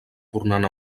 tornant